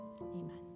amen